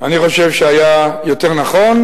אני חושב שהיה יותר נכון,